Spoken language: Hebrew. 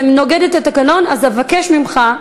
זה נוגד את התקנון, אז אבקש ממך,